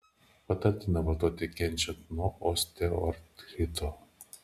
patartina vartoti kenčiant nuo osteoartrito